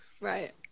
Right